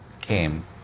came